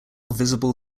visible